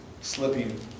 slipping